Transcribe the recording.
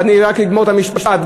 אני רק אגמור את המשפט.